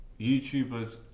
YouTubers